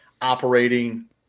operating